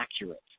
accurate